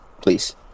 please